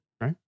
right